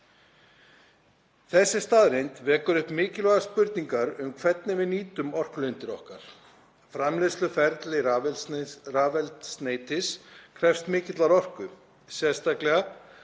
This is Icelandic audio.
Þessi staðreynd vekur upp mikilvægar spurningar um hvernig við nýtum orkulindir okkar. Framleiðsluferli rafeldsneytis krefst mikillar orku, sérstaklega